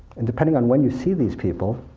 and depending on when you see these people,